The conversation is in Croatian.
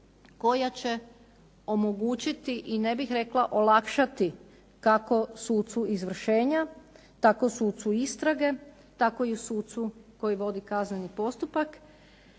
koja će omogućiti i ne bih rekla olakšati kako sucu izvršenja tako sucu istrage, tako i o sucu koji vodi kazneni postupak